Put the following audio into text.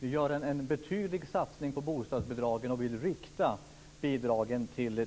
Vi gör en betydlig satsning på bostadsbidragen och vill rikta bidragen till